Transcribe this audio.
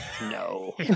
No